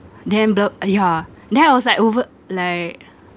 then uh yeah then I was like over like